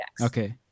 Okay